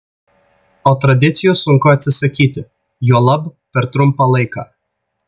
o tradicijų sunku atsisakyti juolab per trumpą laiką